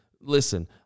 listen –